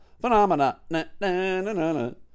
Phenomena